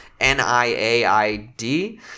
NIAID